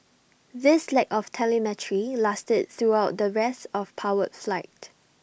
this lack of telemetry lasted throughout the rest of powered flight